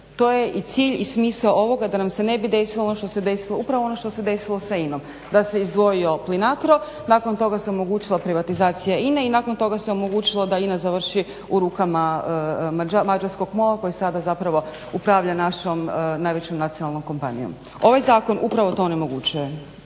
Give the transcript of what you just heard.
To je i cilj i smisao ovoga da nam se ne bi desilo, upravo ono što se desilo sa Inom da se izdvojio Plinacr nakon toga se omogućila privatizacija Ine i nakon toga se omogućilo da Ina završi u rukama Mađarskog MOL-a koji sada zapravo upravlja najvećom nacionalnom kompanijom. Ovaj zakon upravo to onemogućuje.